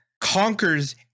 conquers